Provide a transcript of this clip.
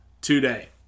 today